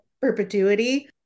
perpetuity